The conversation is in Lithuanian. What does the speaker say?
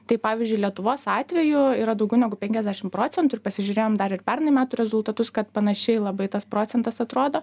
tai pavyzdžiui lietuvos atveju yra daugiau negu penkiasdešim procentų ir pasižiūrėjom dar ir pernai metų rezultatus kad panašiai labai tas procentas atrodo